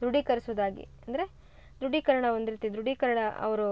ದೃಢೀಕರಿಸುದಾಗಿ ಅಂದರೆ ದೃಢೀಕರಣ ಒಂದು ರೀತಿ ದೃಢೀಕರಣ ಅವರು